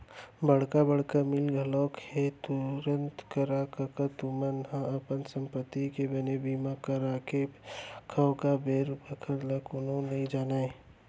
बड़का बड़का मील घलोक हे तुँहर करा कका तुमन ह अपन संपत्ति के बने बीमा करा के रखव गा बेर बखत ल कोनो नइ जानय